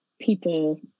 people